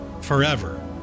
forever